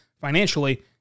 financially